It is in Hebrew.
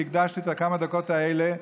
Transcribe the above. שהקדשתי לו את כמה הדקות האלה,